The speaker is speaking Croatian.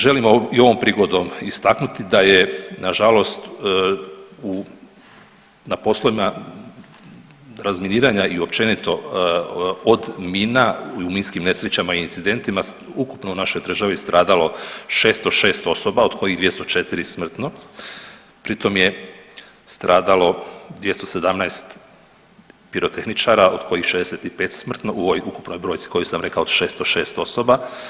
Želimo i ovom prigodom istaknuti da je nažalost na poslovima razminiranja i općenito od mina i u minskim nesrećama i incidentima ukupno u našoj državi stradalo 606 osoba od kojih 204 smrtno, pri tom je stradalo 217 pirotehničara od kojih 65 smrtno u ovoj ukupnoj brojci kojoj sam rekao od 606 osoba.